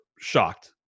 shocked